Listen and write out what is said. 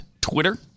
Twitter